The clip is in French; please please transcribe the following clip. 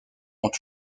ont